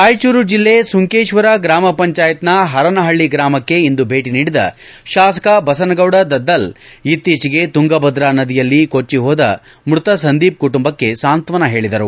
ರಾಯಚೂರು ಜಿಲ್ಲೆ ಸುಂಕೇಶ್ವರ ಗ್ರಾಮ ಪಂಚಾಯತ್ನ ಪರನಪಳ್ಳಿ ಗ್ರಾಮಕ್ಕೆ ಇಂದು ಭೇಟಿ ನೀಡಿದ ಶಾಸಕ ಬಸನಗೌಡ ದದ್ದಲ್ ಇತ್ತೀಚೆಗೆ ತುಂಗಭದ್ರಾ ನದಿಯಲ್ಲಿ ಕೊಳ್ಳಿ ಹೋದ ಮೃತ ಸಂದೀಪ್ ಕುಟುಂಬಕ್ಕೆ ಸಾಂತ್ವನ ಹೇಳದರು